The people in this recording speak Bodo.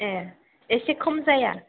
ए एसे खम जाया